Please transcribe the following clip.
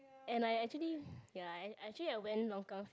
and I actually ya I actually went longkang fishing